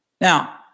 Now